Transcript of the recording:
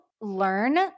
learn